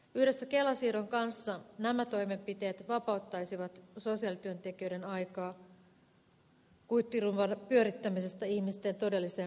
yhdessä kela siirron kanssa nämä toimenpiteet vapauttaisivat sosiaalityöntekijöiden aikaa kuittirumban pyörittämisestä ihmisten todelliseen auttamiseen